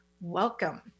Welcome